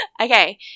Okay